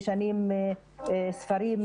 משנים ספרים,